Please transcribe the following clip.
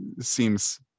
seems